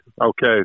okay